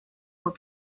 will